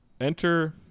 Enter